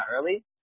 early